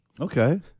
Okay